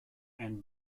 and